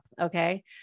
okay